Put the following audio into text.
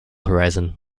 horizon